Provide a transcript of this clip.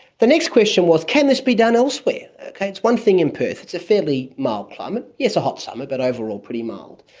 the next question was can this be done elsewhere? okay, it's one thing in perth, it's a fairly mild climate, yes a hot summer but overall pretty mild.